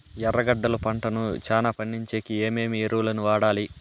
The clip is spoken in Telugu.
ఎర్రగడ్డలు పంటను చానా పండించేకి ఏమేమి ఎరువులని వాడాలి?